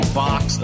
box